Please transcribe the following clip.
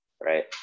right